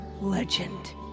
legend